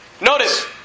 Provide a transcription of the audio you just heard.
Notice